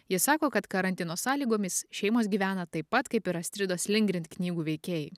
ji sako kad karantino sąlygomis šeimos gyvena taip pat kaip ir astridos lindgren knygų veikėjai